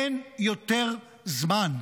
אין יותר זמן.